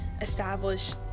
establish